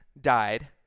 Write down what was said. died